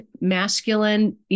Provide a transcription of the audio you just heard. masculine